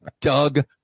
Doug